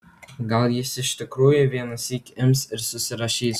gal jis iš tikrųjų vienąsyk ims ir susirašys